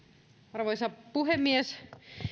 arvoisa puhemies